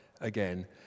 again